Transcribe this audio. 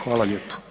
Hvala lijepo.